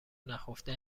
نهفته